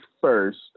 first